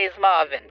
Marvin